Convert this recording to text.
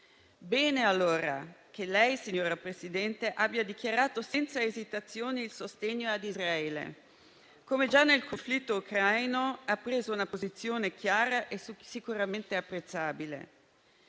Bene allora che lei, signora Presidente, abbia dichiarato senza esitazione il sostegno ad Israele. Come già nel conflitto ucraino, ha preso una posizione chiara e sicuramente apprezzabile.